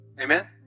Amen